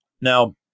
Now